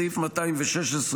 סעיף 216,